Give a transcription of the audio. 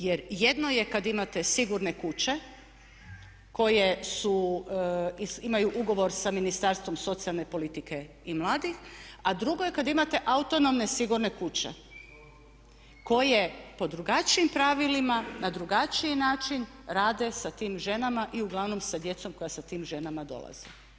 Jer jedno je kada imate sigurne kuće koje su, imaju ugovor sa Ministarstvo socijalne politike i mladih a drugo je kada imate autonomne sigurne kuće koje po drugačijim pravilima na drugačiji način rade sa tim ženama i uglavnom sa djecom koja sa tim ženama dolaze.